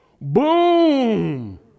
boom